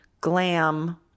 glam